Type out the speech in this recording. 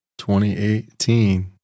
2018